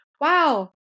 wow